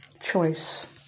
Choice